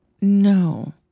No